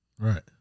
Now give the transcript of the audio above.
Right